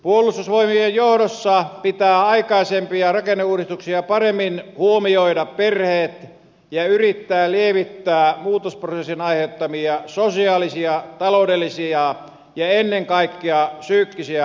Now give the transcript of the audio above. puolustusvoimien johdossa pitää aikaisempia rakenneuudistuksia paremmin huomioida perheet ja yrittää lievittää muutosprosessin aiheuttamia sosiaalisia taloudellisia ja ennen kaikkea psyykkisiä haittavaikutuksia